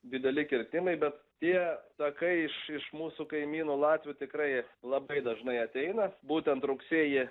dideli kirtimai bet tie takai iš išmūsų kaimynų latvių tikrai labai dažnai ateina būtent rugsėjį